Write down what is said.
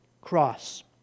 cross